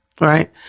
Right